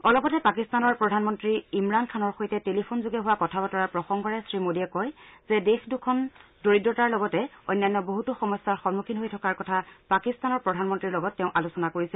অলপতে পাকিস্তানৰ প্ৰধানমন্ত্ৰী ইমৰান খানৰ সৈতে হোৱা টেলিফোনিক কথাবতৰাৰ প্ৰসংগৰে শ্ৰীমোডীয়ে কয় যে দেখ দুখন দৰিদ্ৰতাৰ লগতে অন্যান্য বহুতো সমস্যাৰ সমুখীন হৈ থকাৰ কথা পাকিস্তানৰ প্ৰধানমন্ত্ৰীৰ লগত তেওঁ আলোচনা কৰিছে